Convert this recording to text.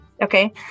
Okay